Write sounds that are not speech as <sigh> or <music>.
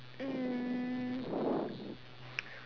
um <breath>